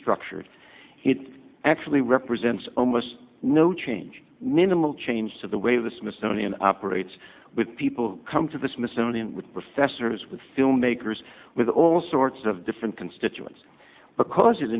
structured it actually represents almost no change minimal change to the way the smithsonian operates with people who come to the smithsonian with professors with filmmakers with all sorts of different constituents because it